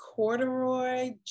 corduroy